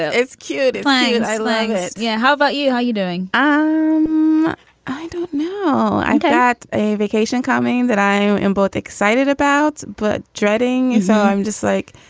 it's cute. i and i like it. yeah. how about you? how you doing? um i don't know. i got a vacation coming that i am both excited about, but dreading. so i'm just like,